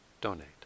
donate